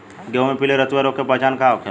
गेहूँ में पिले रतुआ रोग के पहचान का होखेला?